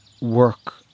work